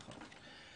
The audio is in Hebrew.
נכון.